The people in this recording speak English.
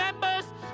members